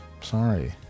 sorry